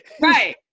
Right